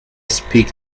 speak